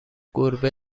گربه